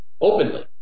Openly